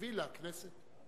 הביא לכנסת,